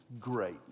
Great